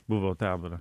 buvo tabora